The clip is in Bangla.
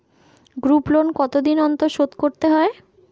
গ্রুপলোন কতদিন অন্তর শোধকরতে হয়?